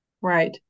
Right